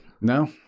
No